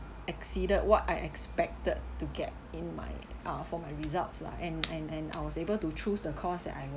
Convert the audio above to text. exceeded what I expected to get in my uh for my results lah and and and I was able to choose the course that I